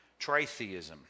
tritheism